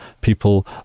people